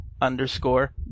underscore